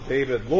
David